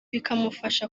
bikamufasha